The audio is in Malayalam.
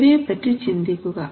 ഇവയെപ്പറ്റി ചിന്തിക്കുക